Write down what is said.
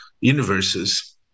universes